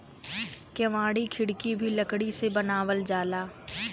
केवाड़ी खिड़की भी लकड़ी से बनावल जाला